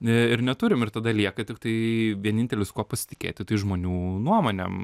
ir neturim ir tada lieka tiktai vienintelis kuo pasitikėti tai žmonių nuomonėm